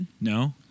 No